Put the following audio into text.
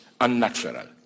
unnatural